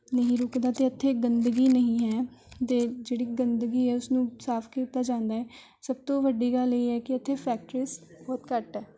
ਨਹੀਂ ਰੁਕਦਾ ਅਤੇ ਇੱਥੇ ਗੰਦਗੀ ਨਹੀਂ ਹੈ ਅਤੇ ਜਿਹੜੀ ਗੰਦਗੀ ਹੈ ਉਸ ਨੂੰ ਸਾਫ ਕੀਤਾ ਜਾਂਦਾ ਹੈ ਸਭ ਤੋਂ ਵੱਡੀ ਗੱਲ ਇਹ ਹੈ ਕਿ ਇੱਥੇ ਫੈਕਟਰੀਜ਼ ਬਹੁਤ ਘੱਟ ਹੈ